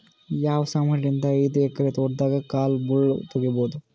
ಯಾವ ಸಮಾನಲಿದ್ದ ಐದು ಎಕರ ತೋಟದಾಗ ಕಲ್ ಮುಳ್ ತಗಿಬೊದ?